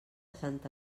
santa